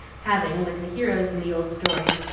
having, like the heroes in the old story,